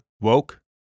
Woke